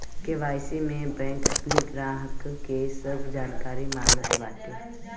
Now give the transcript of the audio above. KYC में bank अपनी ग्राहक के सब जानकारी मांगत बाटे